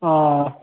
ಹಾಂ